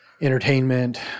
entertainment